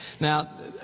Now